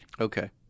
Okay